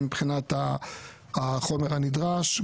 גם מבחינת החומר הנדרש.